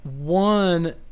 One